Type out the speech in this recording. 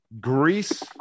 Greece